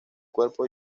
cuerpo